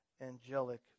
angelic